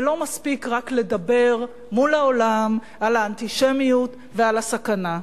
ולא מספיק רק לדבר מול העולם על האנטישמיות ועל הסכנה.